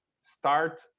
start